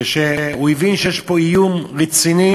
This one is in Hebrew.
כשהוא הבין שיש פה איום רציני,